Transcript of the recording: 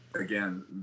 again